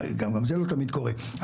זה גם לא תמיד קורה,